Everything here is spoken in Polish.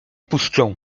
puszczę